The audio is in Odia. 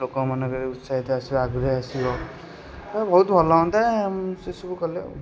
ଲୋକଙ୍କ ମନରେ ଉତ୍ସାହିତ ଆସିବ ଆଗ୍ରହ ଆସିବ ତ ବହୁତ ଭଲ ହୁଅନ୍ତା ସେସବୁ କେଲେ ଆଉ